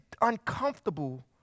uncomfortable